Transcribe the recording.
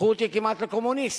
הפכו אותי כמעט לקומוניסט.